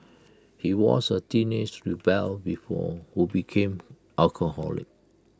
he was A teenage rebel before who became alcoholic